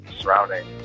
surrounding